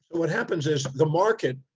what happens is, the market,